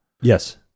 Yes